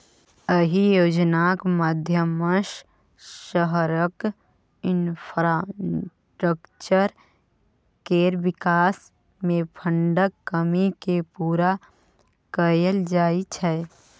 अहि योजनाक माध्यमसँ शहरक इंफ्रास्ट्रक्चर केर बिकास मे फंडक कमी केँ पुरा कएल जाइ छै